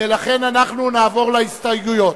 ולכן אנחנו נעבור להסתייגויות.